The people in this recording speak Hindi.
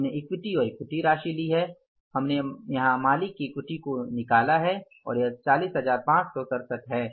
हमने इक्विटी और इक्विटी राशि ली है हमने यहां मालिक की इक्विटी को निकला है और वह 40567 है